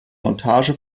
montage